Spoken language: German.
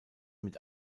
mit